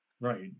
Right